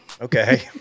Okay